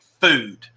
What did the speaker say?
food